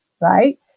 right